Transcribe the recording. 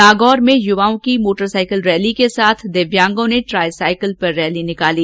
नागौर में युवाओं की मोटरसाइकिल रैली के साथ दिव्यांगों ने ट्राई साइकिल पर रैली निकाली